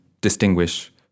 distinguish